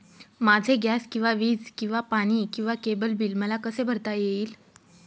माझे गॅस किंवा वीज किंवा पाणी किंवा केबल बिल मला कसे भरता येईल?